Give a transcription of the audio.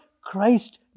Christ